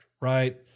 right